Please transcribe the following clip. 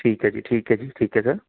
ਠੀਕ ਹੈ ਜੀ ਠੀਕ ਹੈ ਜੀ ਠੀਕ ਹੈ ਸਰ